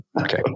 Okay